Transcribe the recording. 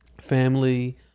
family